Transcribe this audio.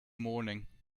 morning